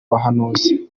bahanuzi